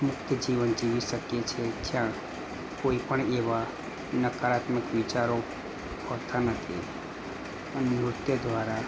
મુક્ત જીવન જીવી શકીએ છીએ જ્યાં કોઈપણ એવા નકારાત્મક વિચારો આવતા નથી અને નૃત્ય દ્વારા